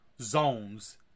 zones